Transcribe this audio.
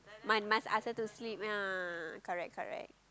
must must ask her to sleep yeah correct correct